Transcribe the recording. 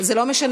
זה לא משנה.